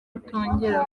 kutongera